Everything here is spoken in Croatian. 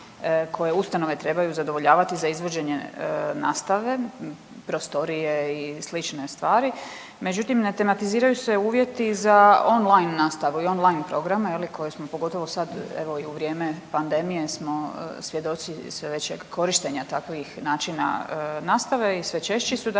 koje ustanove moraju zadovoljavati za izvođenje nastave, prostorije i slične stvari, međutim ne tematiziraju se uvjeti za online nastavu i online programe je li koje smo pogotovo sad evo i u vrijeme pandemije smo svjedoci sve većeg korištenja takvih načina nastave i sve češći su,